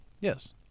yes